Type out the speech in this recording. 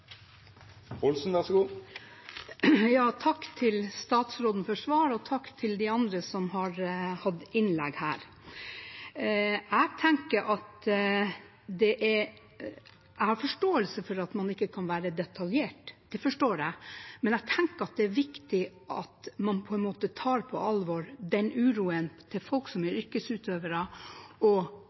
til statsråden for svar, og takk til de andre som har holdt innlegg her. Jeg har forståelse for at man ikke kan være detaljert, men jeg tenker at det er viktig at man tar på alvor uroen til folk som er yrkesutøvere, og